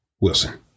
Wilson